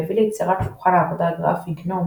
שהביא ליצירת שולחן העבודה הגרפי GNOME